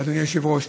אדוני היושב-ראש,